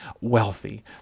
wealthy